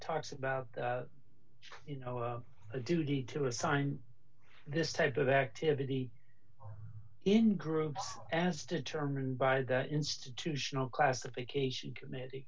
talks about you know of a duty to assign this type of activity in groups as determined by the institutional classification committee